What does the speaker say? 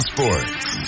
Sports